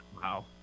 Wow